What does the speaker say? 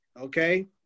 okay